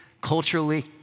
culturally